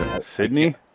Sydney